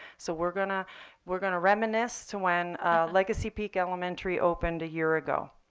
so we're going ah we're going to reminisce to when legacy peak elementary opened a year ago.